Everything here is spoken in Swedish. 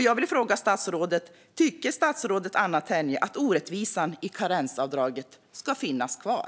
Jag vill fråga statsrådet: Tycker statsrådet Anna Tenje att orättvisan i karensavdraget ska finnas kvar?